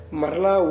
marla